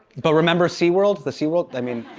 but remember seaworld the seaworld, i mean